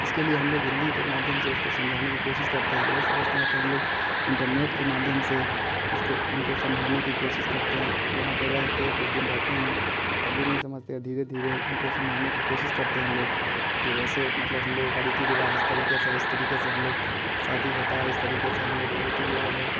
इसके लिए हम लोग हिंदी के माध्यम से उसको समझाने की कोशिश करते हैं नहीं समझते हैं तो हम लोग इंटरनेट के माध्यम से उसको उनको समझाने की कोशिश करते हैं वहाँ पर रह कर कुछ दिन रहते हैं तब भी नहीं समझते हैं धीरे धीरे उनको समझाने की कोशिश करते हैं हम लोग जो जैसे मतलब हम लोग का रीति रिवाज इस तरीक़े से है इस तरीक़े से हम लोग शादी होती है इस तरीक़े से हम लोग के रीति रिवाज है